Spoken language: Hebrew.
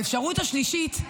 האפשרות השלישית,